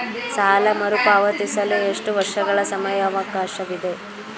ಸಾಲ ಮರುಪಾವತಿಸಲು ಎಷ್ಟು ವರ್ಷಗಳ ಸಮಯಾವಕಾಶವಿದೆ?